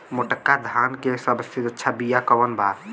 मोटका धान के सबसे अच्छा बिया कवन बा?